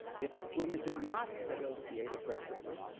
if women do not negotiate aggressively,